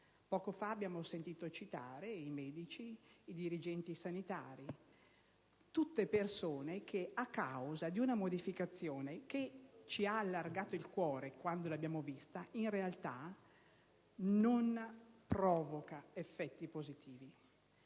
Poco fa abbiamo sentito citare i medici, i dirigenti sanitari: tutte persone che a causa di una modifica che ci ha allargato il cuore quando l'abbiamo letta in realtà non provoca effetti positivi.